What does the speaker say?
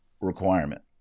requirement